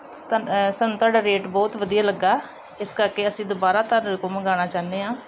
ਤੁਹਾਨ ਸਾਨੂੰ ਤੁਹਾਡਾ ਰੇਟ ਬਹੁਤ ਵਧੀਆ ਲੱਗਾ ਇਸ ਕਰਕੇ ਅਸੀਂ ਦੁਬਾਰਾ ਤੁਹਾਡੇ ਕੋਲ ਮੰਗਵਾਉਣਾ ਚਾਹੁੰਦੇ ਹਾਂ